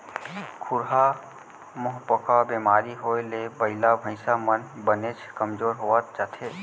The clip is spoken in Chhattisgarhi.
खुरहा मुहंपका बेमारी होए ले बइला भईंसा मन बनेच कमजोर होवत जाथें